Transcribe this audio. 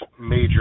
major